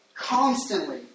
constantly